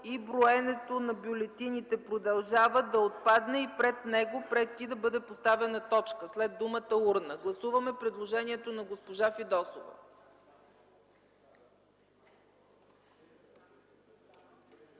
и броенето на бюлетините продължава” да отпадне и пред него, пред „и” да бъде поставена точка, след думата „урна”. Гласуваме предложението на госпожа Фидосова.